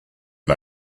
and